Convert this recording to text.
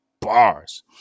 Bars